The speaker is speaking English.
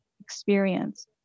experience